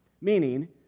Meaning